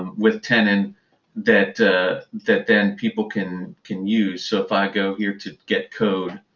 with tenon, and that that then people can can use. so if i go here to get code,